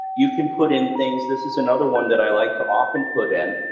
you can put in things, this is another one that i like to often put in,